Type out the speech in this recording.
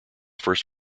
first